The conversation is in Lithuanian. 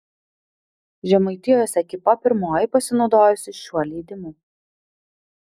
žemaitijos ekipa pirmoji pasinaudojusi šiuo leidimu